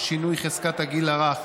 שינוי חזקת הגיל הרך),